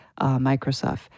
Microsoft